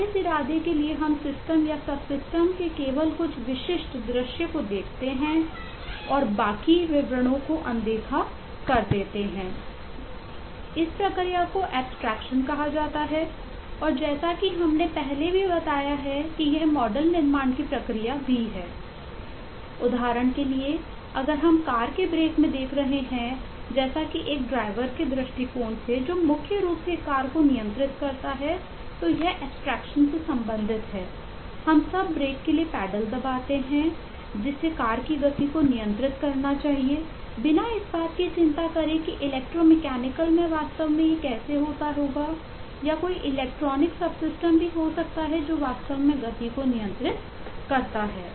और उस इरादे के लिए हम सिस्टम भी हो सकता है जो वास्तव में गति को नियंत्रित करता है